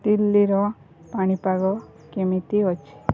ଦିଲ୍ଲୀର ପାଣିପାଗ କେମିତି ଅଛି